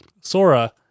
Sora